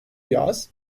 yaz